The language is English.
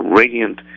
radiant